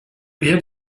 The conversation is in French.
rien